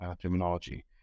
terminology